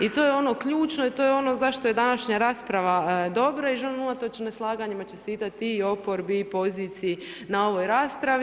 I to je ono ključno i to je ono zašto je današnja rasprava dobra i želim unatoč neslaganjima čestitati i oporbi i poziciji na ovoj raspravi.